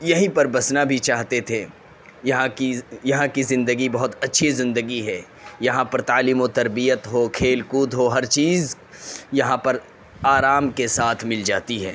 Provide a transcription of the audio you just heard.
یہیں پر بسنا بھی چاہتے تھے یہاں کی یہاں کی زندگی بہت اچھی زندگی ہے یہاں پر تعلیم و تربیت ہو کھیل کود ہو ہر چیز یہاں پرآرام کے ساتھ مل جاتی ہے